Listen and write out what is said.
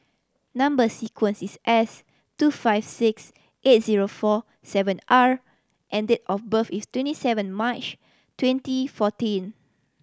number sequence is S two five six eight zero four seven R and date of birth is twenty seven March twenty fourteen